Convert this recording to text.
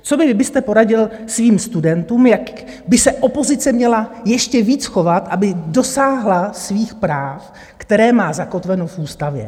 Co vy byste poradil svým studentům, jak by se opozice měla ještě víc chovat, aby dosáhla svých práv, která má zakotvena v ústavě?